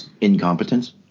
incompetence